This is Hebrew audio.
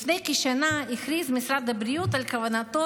לפני כשנה הכריז משרד הבריאות על כוונתו